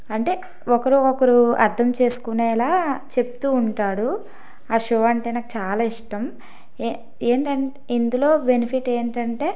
అంటే ఒకరు ఒకరు అర్థం చేసుకునేలా చెప్తూ ఉంటాడు ఆ షో అంటే నాకు చాలా ఇష్టం ఇందులో బెనిఫిట్ ఏమిటి అంటే